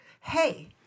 Hey